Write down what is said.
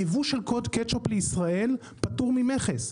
ייבוא של קטשופ לישראל פטור ממכס.